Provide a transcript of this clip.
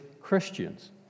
Christians